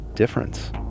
difference